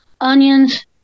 onions